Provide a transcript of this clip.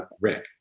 Rick